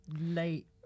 late